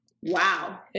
Wow